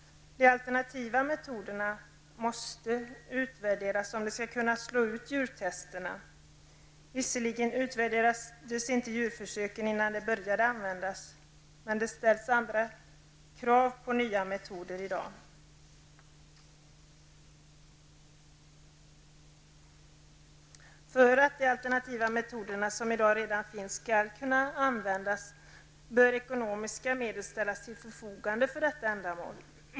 De alternativa metoderna måste utvärderas om de skall kunna slå ut djurtesterna. Visserligen utvärderades inte djurförsöken innan de började användas, men det ställs andra krav på nya metoder i dag. För att de alternativa metoder som finns i dag skall kunna användas bör ekonomiska medel ställas till förfogande för ändamålet.